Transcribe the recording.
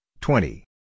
twenty